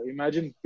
Imagine